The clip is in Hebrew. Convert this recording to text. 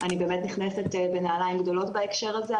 אני באמת נכנסת בנעליים גדולות בהקשר הזה,